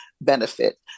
benefit